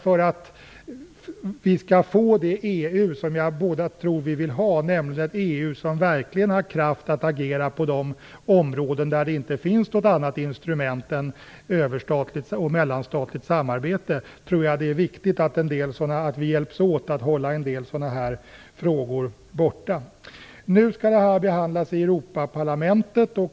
För att vi skall få det EU som jag tror att vi båda vill ha, nämligen ett EU som verkligen har kraft att agera på de områden där det inte finns något annat instrument än överstatligt och mellanstatligt samarbete, tror jag att det är viktigt att vi hjälps åt med att hålla en del sådana frågor borta. Nu skall det här alltså behandlas i Europaparlamentet.